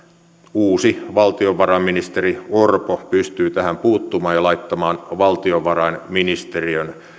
uusi valtiovarainministeri orpo pystyy tähän puuttumaan ja laittamaan valtiovarainministeriön